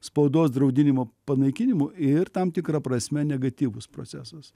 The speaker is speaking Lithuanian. spaudos draudinimo panaikinimu ir tam tikra prasme negatyvus procesas